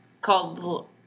Called